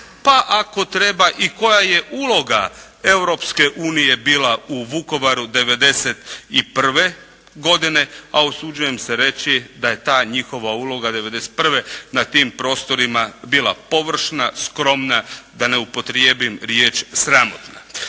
pa ako treba i koja je uloga Europske unije bila u Vukovaru '91. godine, a usuđujem se reći da je ta njihova uloga '91. na tim prostorima bila površna, skromna, da ne upotrijebim riječ sramotna.